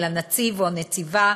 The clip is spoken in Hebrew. של הנציב או הנציבה,